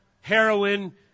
heroin